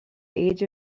age